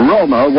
Roma